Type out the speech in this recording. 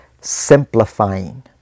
simplifying